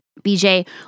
BJ